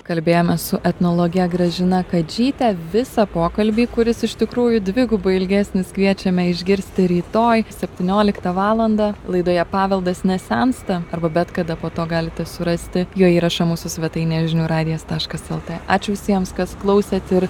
kalbėjomės su etnologe gražina kadžyte visą pokalbį kuris iš tikrųjų dvigubai ilgesnis kviečiame išgirsti rytoj septynioliktą valandą laidoje paveldas nesensta arba bet kada po to galite surasti jo įrašą mūsų svetainėje žinių radijas taškas lt ačiū visiems kas klausėt ir